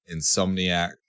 Insomniac